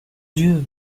dieu